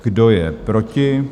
Kdo je proti?